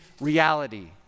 reality